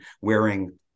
wearing